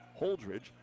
Holdridge